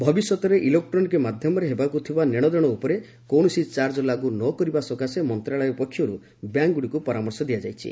ଭବିଷ୍ୟତରେ ଇଲେକ୍ଟ୍ରୋନିକ୍ ମାଧ୍ୟମରେ ହେବାକୁ ଥିବା ନେଶଦେଣ ଉପରେ କୌଣସି ଚାର୍ଜ ଲାଗୁ ନ କରିବା ସକାଶେ ମନ୍ତ୍ରଣାଳୟ ପକ୍ଷରୁ ବ୍ୟାଙ୍କଗୁଡ଼ିକୁ ପରାମର୍ଶ ଦିଆଯାଇଛି